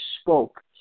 spoke